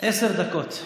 עשר דקות.